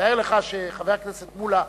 תאר לך שחבר הכנסת מולה,